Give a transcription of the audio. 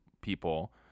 people